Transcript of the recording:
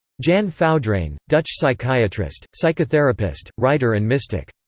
jan foudraine, dutch psychiatrist, psychotherapist, writer and mystic.